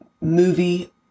movie